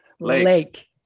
lake